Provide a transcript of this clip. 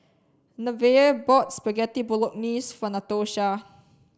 Nevaeh bought Spaghetti Bolognese for Natosha